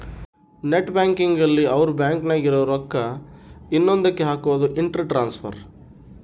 net banking ಅಲ್ಲಿ ಅವ್ರ bank ನಾಗೇ ಇರೊ ರೊಕ್ಕ ಇನ್ನೊಂದ ಕ್ಕೆ ಹಕೋದು ಇಂಟ್ರ ಟ್ರಾನ್ಸ್ಫರ್